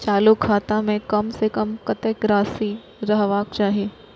चालु खाता में कम से कम कतेक राशि रहबाक चाही?